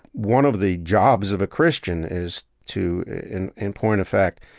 one of the jobs of a christian is to, in in point of fact,